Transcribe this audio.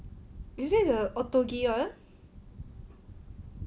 is it the Ottogi [one]